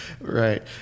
Right